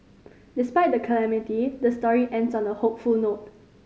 despite the calamity the story ends on a hopeful note